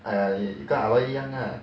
!aiya! 你跟 ah loi 一样 lah